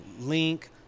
Link